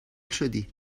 شدی